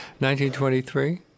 1923